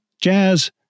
Jazz